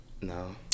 No